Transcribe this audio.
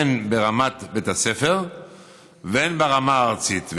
הן ברמת בית הספר והן ברמה הארצית,